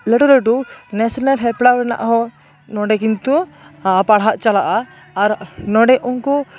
ᱞᱟᱹᱴᱩ ᱞᱟᱹᱴᱩ ᱱᱮᱥᱮᱱᱟᱞ ᱦᱮᱯᱨᱟᱣ ᱨᱮᱱᱟᱜ ᱦᱚᱸ ᱱᱚᱸᱰᱮ ᱠᱤᱱᱛᱩ ᱯᱟᱲᱦᱟᱣ ᱪᱟᱞᱟᱜᱼᱟ ᱟᱨ ᱱᱚᱸᱰᱮ ᱩᱱᱠᱩ